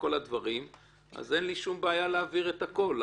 לא הייתה לי בעיה להעביר הכול.